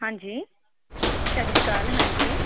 ਹਾਂਜੀ ਸਤਿ ਸ਼੍ਰੀ ਅਕਾਲ ਹਾਂਜੀ